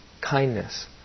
kindness